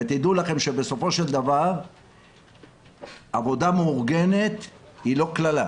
ותדעו לכם שבסופו של דבר עבודה מאורגנת היא לא קללה.